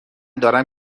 دارم